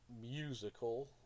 musical